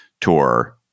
tour